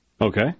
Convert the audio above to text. Okay